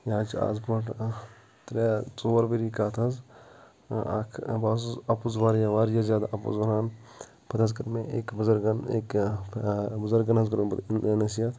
یہِ حظ چھِ آز برٛونٛٹھ ترٛےٚ ژور ؤری کَتھ حظ اَکھ بہٕ حظ اوسُس اَپُز واریاہ واریاہ زیادٕ اَپُز وَنان پَتہٕ حظ کٔر مےٚ أکۍ بُزَرگَن اَکہِ بُزَرگَن حظ کٔر مےٚ بہٕ نٔصیٖحت